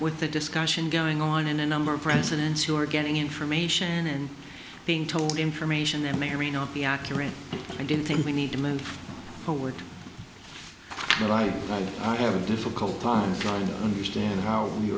with the discussion going on in a number of presidents who are getting information and being told information that may or may not be accurate i do think we need to move forward right but i have a difficult time trying to understand how